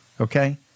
Okay